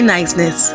Niceness